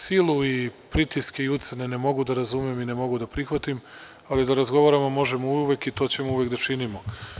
Silu, pritiske i ucene ne mogu da razumem i ne mogu da prihvatim, ali da razgovaramo možemo uvek i to ćemo uvek da činimo.